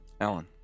Alan